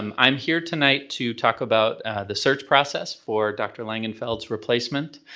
um i'm here tonight to talk about the search process for dr. langenfeld's replacement.